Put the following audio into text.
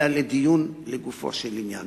אלא בדיון לגופו של עניין.